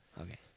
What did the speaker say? Okay